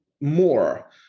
more